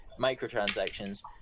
microtransactions